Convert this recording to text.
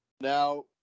Now